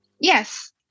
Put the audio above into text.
Yes